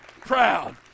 proud